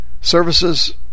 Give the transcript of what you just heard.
services